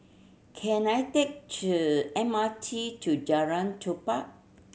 can I take the M R T to Jalan Tupai